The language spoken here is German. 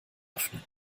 öffnen